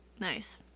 nice